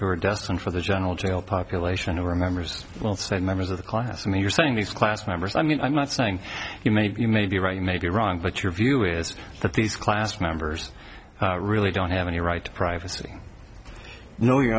who are destined for the general jail population who are members members of the class and you're saying these class members i mean i'm not saying you may be maybe right maybe wrong but your view is that these class members really don't have any right to privacy no you